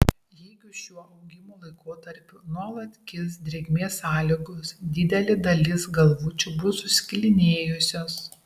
jeigu šiuo augimo laikotarpiu nuolat kis drėgmės sąlygos didelė dalis galvučių bus suskilinėjusios